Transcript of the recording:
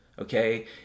okay